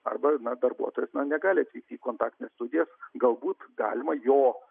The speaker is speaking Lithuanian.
arba na darbuotojas na negali į kontaktines studijas galbūt galima jo